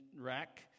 rack